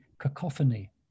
cacophony